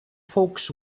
folks